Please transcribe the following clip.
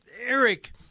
Eric